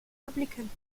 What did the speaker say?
erblicken